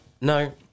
No